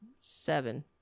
seven